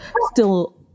still-